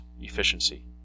efficiency